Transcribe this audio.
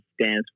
stands